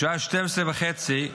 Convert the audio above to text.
בשעה 00:30,